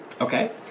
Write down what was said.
okay